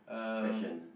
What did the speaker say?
question